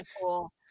cool